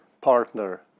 partner